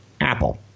Apple